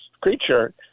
creature